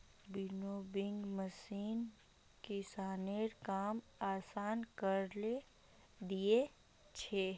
winnowing machine किसानेर काम आसान करे दिया छे